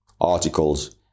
articles